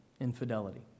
infidelity